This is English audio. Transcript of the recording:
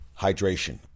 Hydration